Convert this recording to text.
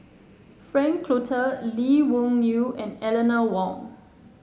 Frank Cloutier Lee Wung Yew and Eleanor Wong